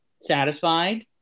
satisfied